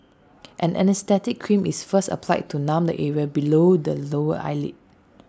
an anaesthetic cream is first applied to numb the area below the lower eyelid